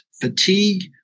fatigue